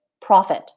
Profit